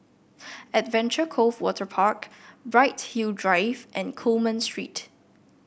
Adventure Cove Waterpark Bright Hill Drive and Coleman Street